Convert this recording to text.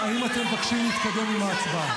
הממשלה, האם אתם מבקשים להתקדם עם ההצבעה?